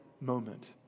moment